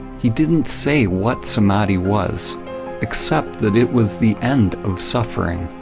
he didn't say what samadhi was except that it was the end of suffering.